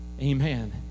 Amen